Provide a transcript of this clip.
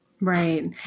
Right